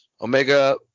Omega